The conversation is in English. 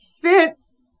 Fitz